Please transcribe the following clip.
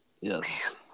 yes